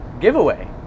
giveaway